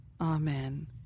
amen